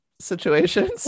situations